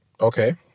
okay